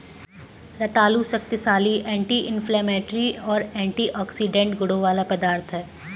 रतालू शक्तिशाली anti inflammatory और एंटीऑक्सीडेंट गुणों वाला पदार्थ है